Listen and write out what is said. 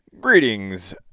Greetings